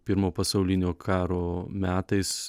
pirmo pasaulinio karo metais